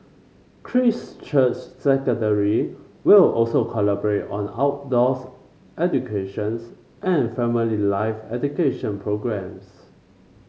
Christ Church Secondary will also collaborate on outdoors educations and family life education programmes